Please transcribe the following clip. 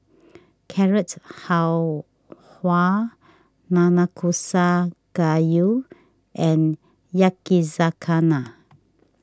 Carrot Halwa Nanakusa Gayu and Yakizakana